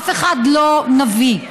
אף אחד לא נביא.